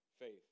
faith